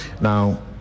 Now